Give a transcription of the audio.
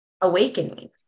awakening